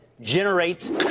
generates